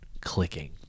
clicking